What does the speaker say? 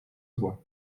zła